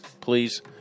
Please